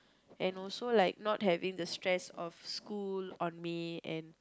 and also like not having the stress of school on me and